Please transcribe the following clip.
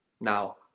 Now